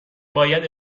باید